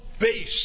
base